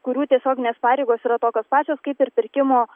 kurių tiesioginės pareigos yra tokios pačios kaip ir pirkimo